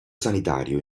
sanitario